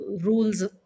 rules